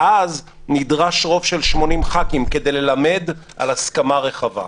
ואז נדרש רוב של 80 חברי כנסת כדי ללמד על הסכמה רחבה.